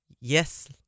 yes